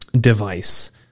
device